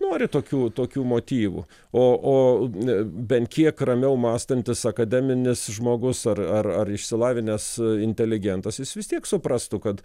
nori tokių tokių motyvų o o bent kiek ramiau mąstantis akademinis žmogus ar ar ar išsilavinęs inteligentas jis vis tiek suprastų kad